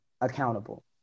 accountable